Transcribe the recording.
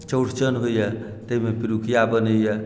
चौड़चन होइए ताहिमे पिड़ुकिया बनैए